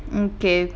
okay